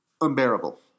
Unbearable